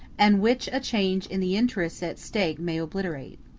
and which a change in the interests at stake may obliterate.